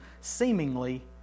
seemingly